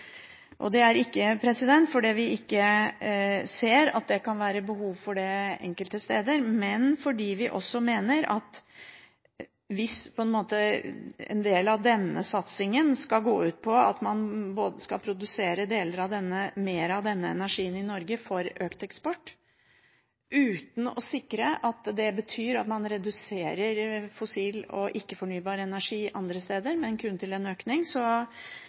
Det er ikke fordi vi ikke ser at det kan være behov enkelte steder, men hvis en del av denne satsingen skal gå ut på at man produserer mer av denne energien i Norge for økt eksport, uten å sikre at man reduserer fossil og ikke-fornybar energi andre steder, er vi avventende kritiske til